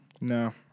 No